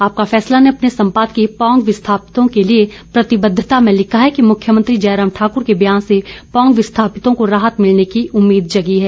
आपका फैसला ने अपने संपादकीय पौंग विस्थापितों के लिए प्रतिबद्धता में लिखा है कि मुख्यमंत्री जयराम ठाकुर के बयान से पौंग विस्थापितों को राहत मिलने की उम्मीद जगी है